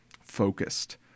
focused